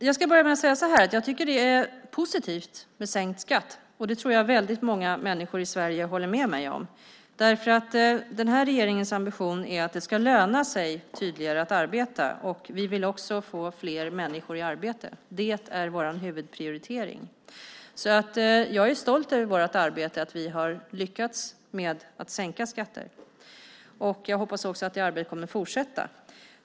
Herr talman! Jag tycker att det är positivt med sänkt skatt. Det tror jag att väldigt många människor i Sverige också tycker. Den här regeringens ambition är att det ska löna sig tydligare att arbeta. Vi vill också få fler människor i arbete. Det är vår huvudprioritering. Jag är stolt över vårt arbete och att vi har lyckats med att sänka skatter. Jag hoppas också att det arbetet kommer att fortsätta.